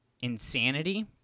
insanity